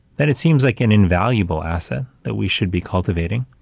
that it seems like an invaluable asset that we should be cultivating.